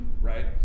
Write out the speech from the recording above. Right